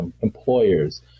employers